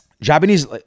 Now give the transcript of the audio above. Japanese